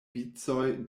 vicoj